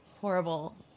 horrible